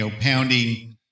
pounding